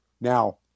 Now